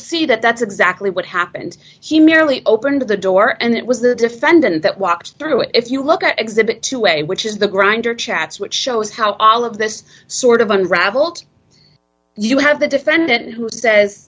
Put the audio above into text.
see that that's exactly what happened he merely opened the door and it was the defendant that walked through it if you look at exhibit two a which is the grinder chats which shows how all of this sort of unraveled you have the defendant who says